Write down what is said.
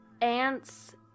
Ants